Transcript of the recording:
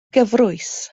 gyfrwys